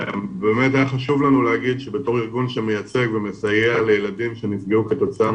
באמת היה חשוב לנו להגיד שבתור ארגון שמייצג ומסייע לילדים שנפגעו כתוצאה